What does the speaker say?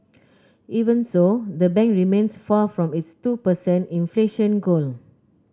even so the bank remains far from its two percent inflation goal